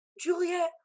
Juliet